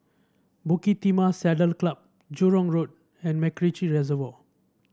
Bukit Timah Saddle Club Jurong Road and MacRitchie Reservoir